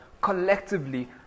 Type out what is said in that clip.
collectively